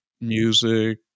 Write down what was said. music